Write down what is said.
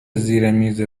زیرمیز